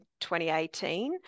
2018